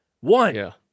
One